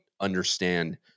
understand